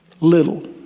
Little